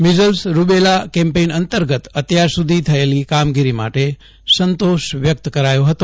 measles rubella campaign અંતર્ગત અત્યાર સુ ધી થયેલી કામગીરી માટે સંતોષ વ્યક્ત કરાયો હતો